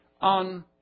on